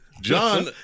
John